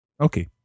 Okay